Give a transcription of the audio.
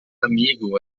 amigo